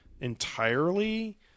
entirely